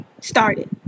started